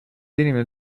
inimene